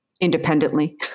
independently